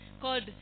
called